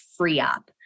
FreeUp